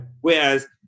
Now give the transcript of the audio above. Whereas